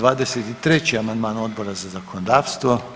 23. amandman Odbora za zakonodavstvo.